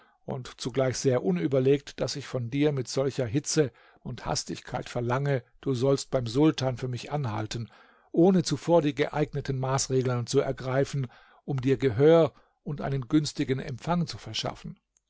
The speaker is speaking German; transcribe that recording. und zugleich sehr unüberlegt daß ich von dir mit solcher hitze und hastigkeit verlange du sollst beim sultan für mich anhalten ohne zuvor die geeigneten maßregeln zu ergreifen um dir gehör und einen günstigen empfang zu verschaffen